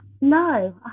No